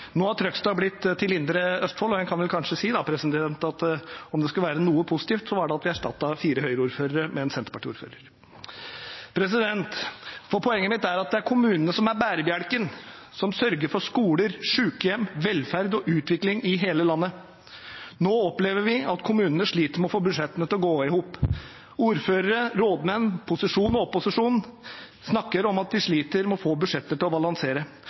Nå er Trøgstad blitt til Indre Østfold, og en kan vel kanskje si at om det skal være noe positivt, er det at vi erstattet fire Høyre-ordførere med en Senterparti-ordfører. Poenget mitt er at det er kommunene som er bærebjelken, som sørger for skoler, sykehjem, velferd og utvikling i hele landet. Nå opplever vi at kommunene sliter med å få budsjettene til å gå i hop. Ordførere, rådmenn, posisjon og opposisjon snakker om at de sliter med å få budsjettet til å balansere.